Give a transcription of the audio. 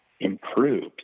improved